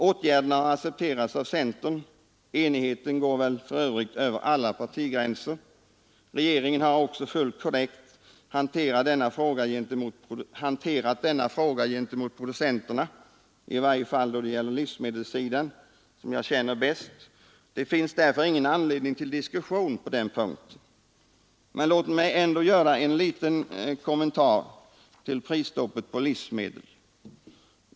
Åtgärderna har accepterats av centern, och enigheten går för övrigt över alla partigränser. Regeringen har också fullt korrekt hanterat denna fråga gentemot producenterna, i varje fall då det gäller livsmedelssidan som jag känner bäst. Det finns därför ingen anledning till diskussion på den punkten. Men låt mig ändå göra en liten kommentar till prisstoppet på livsmedel.